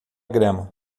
grama